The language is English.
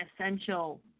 essential